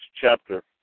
chapter